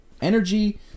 energy